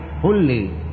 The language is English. fully